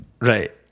Right